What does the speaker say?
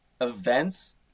Events